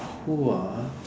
who are